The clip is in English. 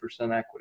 equity